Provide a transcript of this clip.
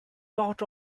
dot